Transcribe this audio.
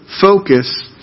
focus